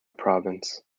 province